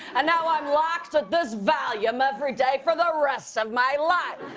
and now i'm locked at this volume every day for the rest of my life.